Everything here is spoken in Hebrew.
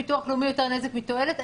לביטוח לאומי יותר נזק מתועלת.